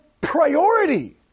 priority